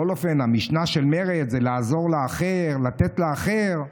בכל אופן, המשנה של מרצ זה לעזור לאחר, לתת לאחר.